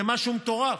זה משהו מטורף.